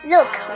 Look